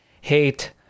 hate